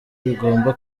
bigomba